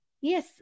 Yes